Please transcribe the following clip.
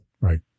Right